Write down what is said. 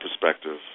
perspective